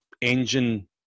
engine